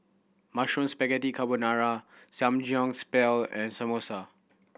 Mushroom Spaghetti Carbonara Samgyeopsal and Samosa